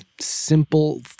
simple